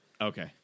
Okay